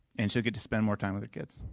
and she'll get to spend more time with her kids.